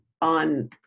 on